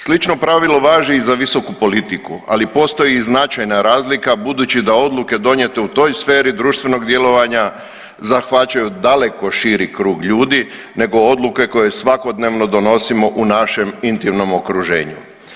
Slično pravilo važi i za visoku politiku, ali postoji i značajna razlika budući da odluke donijete u toj sferi društvenog djelovanja zahvaćaju daleko širi krug ljudi nego odluke koje svakodnevno donosimo u našem intimnom okruženju.